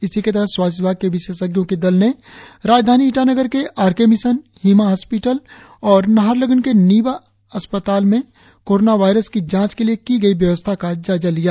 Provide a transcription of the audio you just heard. इसी के तहत स्वास्थ्य विभाग के विशेषज्ञों के दल ने राजधानी ईटानगर के आर के मिशन हिमा हास्पिटल और नाहरलगुन के निबा अस्पताल में कोरोना वायरस की जांच के लिए की गई व्यवस्था का जायजा लिया